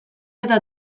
eta